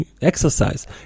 exercise